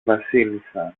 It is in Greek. βασίλισσα